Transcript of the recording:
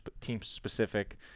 team-specific